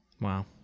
Wow